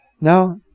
Now